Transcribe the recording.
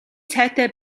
сайтай